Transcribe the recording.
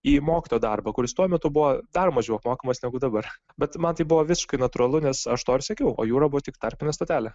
į mokytojo darbą kuris tuo metu buvo dar mažiau apmokamas negu dabar bet man tai buvo visiškai natūralu nes aš tuo ir sekiau o jūra buvo tik tarpinė stotelė